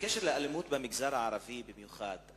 בקשר לאלימות במגזר הערבי במיוחד,